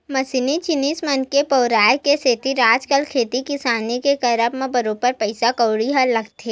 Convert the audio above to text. मसीनी जिनिस मन के बउराय के सेती आजकल खेती किसानी के करब म बरोबर पइसा कउड़ी ह लगथे